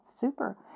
Super